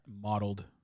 modeled